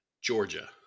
Georgia